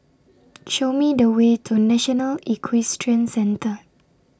Show Me The Way to National Equestrian Centre